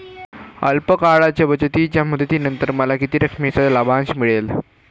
अल्प काळाच्या बचतीच्या मुदतीनंतर मला किती रकमेचा लाभांश मिळेल?